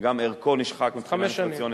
וגם ערכו נשחק מבחינה אינפלציונית,